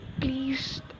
please